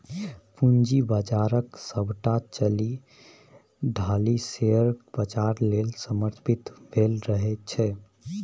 पूंजी बाजारक सभटा चालि ढालि शेयर बाजार लेल समर्पित भेल रहैत छै